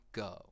go